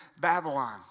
Babylon